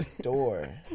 door